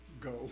go